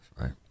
right